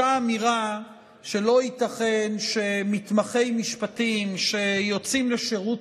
אותה אמירה שלא ייתכן שמתמחי משפטים שיוצאים לשירות